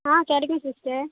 ஆ சரிங்க சிஸ்டர்